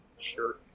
Sure